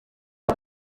iyo